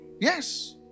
Yes